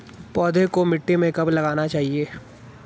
पौधे को मिट्टी में कब लगाना चाहिए?